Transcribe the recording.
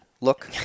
look